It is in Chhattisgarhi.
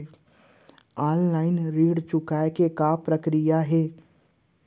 ऑफलाइन ऋण चुकोय के का प्रक्रिया हे?